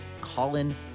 Colin